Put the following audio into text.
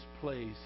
place